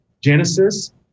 Genesis